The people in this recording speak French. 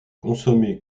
consommée